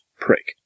prick